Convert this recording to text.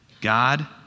God